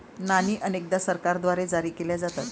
नाणी अनेकदा सरकारद्वारे जारी केल्या जातात